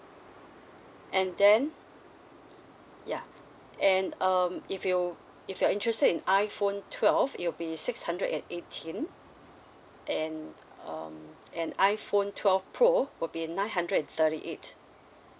and then yeah and um if you if you are interested in iphone twelve it'll be six hundred and eighteen and um and iphone twelve pro will be nine hundred and thirty eight